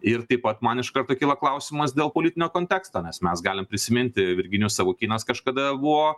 ir taip pat man iš karto kyla klausimas dėl politinio konteksto nes mes galim prisiminti virginijus savukynas kažkada buvo